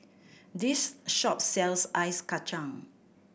this shop sells Ice Kachang